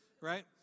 Right